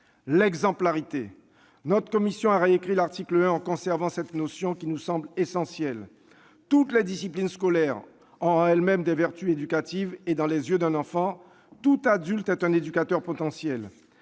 l'exemplarité. Notre commission a réécrit l'article 1 en conservant cette notion, qui nous semble essentielle. Toutes les disciplines scolaires ont en elles-mêmes des vertus éducatives, et, dans les yeux d'un enfant, tout adulte est un éducateur potentiel.